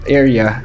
area